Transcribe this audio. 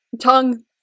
Tongue